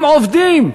הם עובדים.